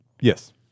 Yes